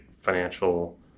financial